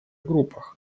группах